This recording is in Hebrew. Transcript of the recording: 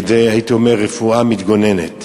הייתי אומר, כרפואה מתגוננת.